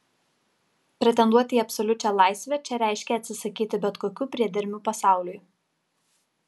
pretenduoti į absoliučią laisvę čia reiškė atsisakyti bet kokių priedermių pasauliui